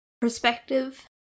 perspective